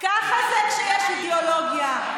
ככה זה כשיש אידיאולוגיה,